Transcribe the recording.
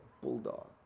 bulldog